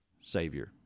savior